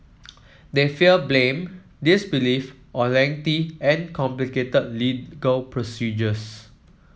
they fear blame disbelief or lengthy and complicated legal procedures